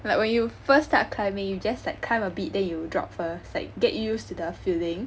like when you first start climbing you just like climb a bit then you drop first like get used to the feeling